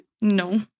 No